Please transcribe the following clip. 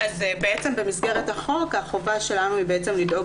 בעצם במסגרת החוק החובה שלנו היא לדאוג